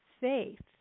faith